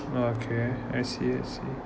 okay I see I see